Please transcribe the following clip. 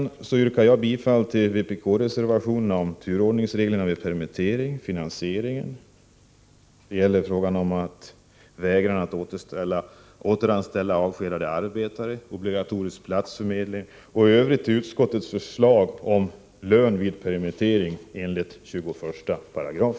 Med det anförda yrkar jag bifall till vpk-reservationerna 2, 7 och 12 om turordning vid permittering, om finansiering och om vägran att återanställa avskedade arbetare och obligatorisk platsförmedling. I övrigt yrkar jag bifall till utskottets hemställan om lön vid permittering enligt 21§.